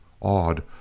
awed